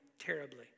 terribly